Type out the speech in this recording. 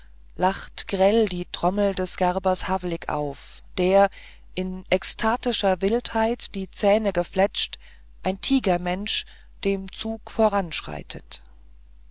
lacht grell die trommel des gerbers havlik auf der in ekstatischer wildheit die zähne gefletscht ein tigermensch dem zuge voranschreitet